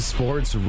Sports